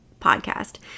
podcast